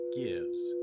gives